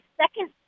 second